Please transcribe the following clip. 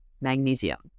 magnesium